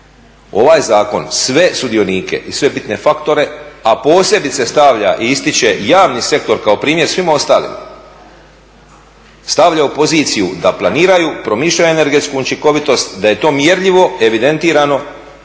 Ovaj zakon sve sudionike i sve bitne faktore, a posebice stavlja i ističe javni sektor kao primjer svim ostalim, stavlja u poziciju da planiraju, promišljaju energetsku učinkovitost, da je to mjerljivo, evidentirano